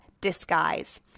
Disguise